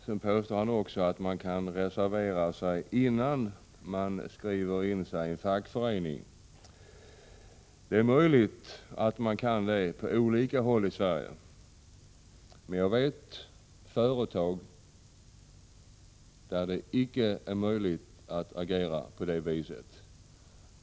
Han påstod också att man kan reservera sig innan man skriver in sig i en fackförening. Det är möjligt att man kan göra så på olika håll i Sverige, men jag känner till företag där det inte är möjligt att agera på det viset.